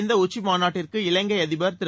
இந்த உச்சி மாநாட்டிற்கு இலங்கை அதிபர் திரு